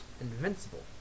Invincible